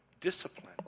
discipline